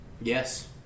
Yes